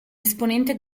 esponente